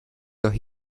dos